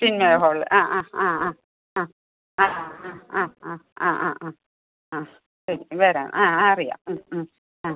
Chinmaya hall ആ ആ ആ ആ ആ ആ ആ ആ ആ ആ ആ ആ ആ ശരി വരാം ആ ആ അറിയാം ഉം ഉം ആ